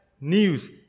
news